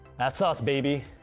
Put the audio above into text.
that's us baby,